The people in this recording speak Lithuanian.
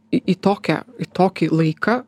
į tokią į tokį laiką